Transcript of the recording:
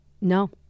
No